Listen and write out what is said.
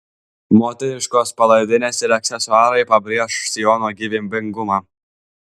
moteriškos palaidinės ir aksesuarai pabrėš sijono gyvybingumą